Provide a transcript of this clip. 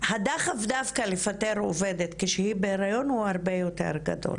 הדחף דווקא לפטר את האישה כשהיא בהיריון הוא הרבה יותר גדול,